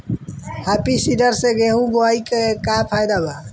Happy seeder से गेहूं बोआई के का फायदा बा?